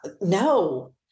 No